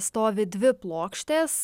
stovi dvi plokštės